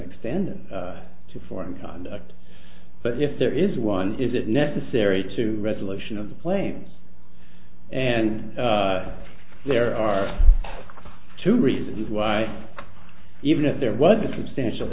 extend to foreign conduct but if there is one is it necessary to resolution of the claims and there are two reasons why even if there was a substantial